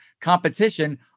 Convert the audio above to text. competition